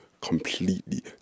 completely